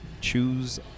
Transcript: choose